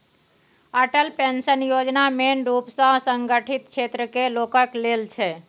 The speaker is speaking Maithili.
अटल पेंशन योजना मेन रुप सँ असंगठित क्षेत्र केर लोकक लेल छै